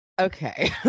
okay